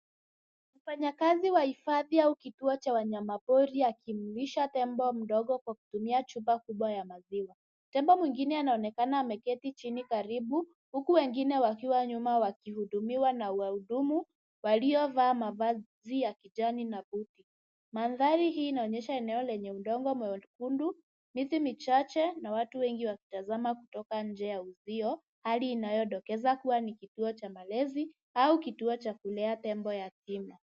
Mfanyakazi wa hifadhi au kituo cha wanyamapori akimnywesha tembo mdogo kwa kutumia chupa kubwa ya maziwa. Tembo mwengine anaonekana ameketi karibu huku wengine wakiwa nyuma wakihudumiwa na wahudumu waliovaa mavazi ya kijani na buti. Mandhari hii inaonyesha eneo lenye udongo mwekundu, miti michache na watu wengi wakitazama kutoka nje ya uzio, hali inayodokeza kuwa ni kituo cha malezi au kituo cha kulea tembo yatima.